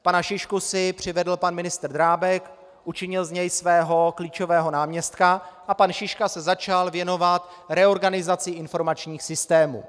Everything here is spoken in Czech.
Pana Šišku si přivedl pan ministr Drábek, učinil z něj svého klíčového náměstka a pan Šiška se začal věnovat reorganizaci informačních systémů.